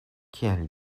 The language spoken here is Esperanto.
kial